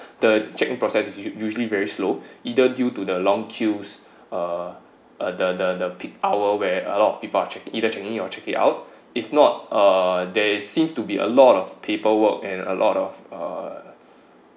the check in process is u~ usually very slow either due to the long queues uh the the the peak hour where a lot of people are either checking in or checking out if not uh there seems to be a lot of paperwork and a lot of uh